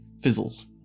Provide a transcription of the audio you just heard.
fizzles